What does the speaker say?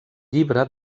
llibre